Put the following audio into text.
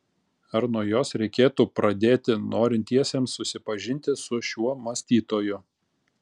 ar nuo jos reikėtų pradėti norintiesiems susipažinti su šiuo mąstytoju